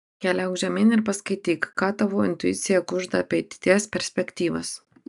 keliauk žemyn ir paskaityk ką tavo intuicija kužda apie ateities perspektyvas